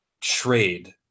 trade